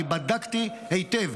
בדקתי היטב.